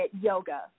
yoga